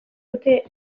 dute